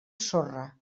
sorra